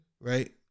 right